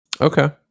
okay